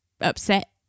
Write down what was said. upset